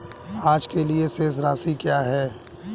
आज के लिए शेष राशि क्या है?